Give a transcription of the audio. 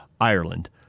Ireland